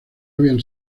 habían